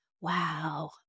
wow